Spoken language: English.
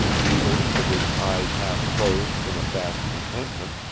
peter, with his eyes half closed in a vast contentment,